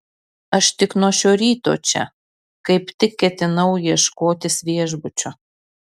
aš tik nuo šio ryto čia kaip tik ketinau ieškotis viešbučio